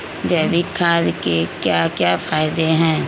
जैविक खाद के क्या क्या फायदे हैं?